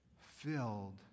filled